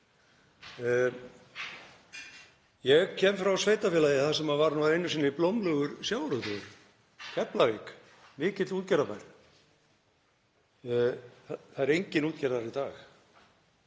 Ég kem frá sveitarfélagi þar sem var einu sinni blómlegur sjávarútvegur, Keflavík, mikill útgerðarbær. Þar er engin útgerð í dag.